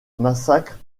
massacre